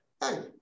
Hey